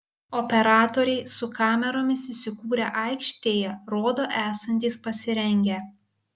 operatoriai su kameromis įsikūrę aikštėje rodo esantys pasirengę